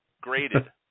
graded